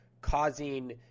causing